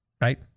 Right